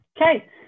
Okay